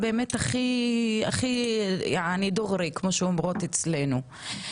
באמת זה לא שלא עסקנו בכלום,